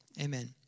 amen